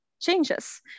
changes